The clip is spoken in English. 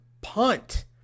punt